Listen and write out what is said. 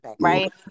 right